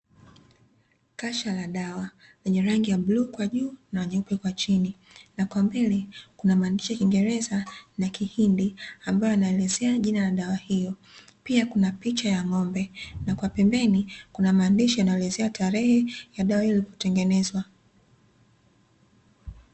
Kasha la dawa, lenye rangi ya bluu kwa juu na nyeupe kwa chini na kwa mbele kuna maandishi ya kingereza na kihindi, ambayao yana elezea jina la dawa hiyo pia kuna picha ya n’gombe na kwa pembeni kuna maandishi yanayo elezea tarehe ya dawa hiyo kutengenezwa.